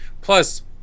Plus